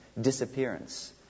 disappearance